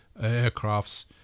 aircrafts